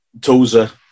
Toza